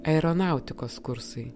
aeronautikos kursai